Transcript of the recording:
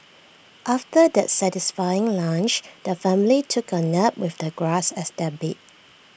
after their satisfying lunch the family took A nap with the grass as their bed